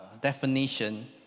definition